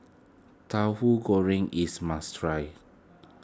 Tauhu Goreng is must try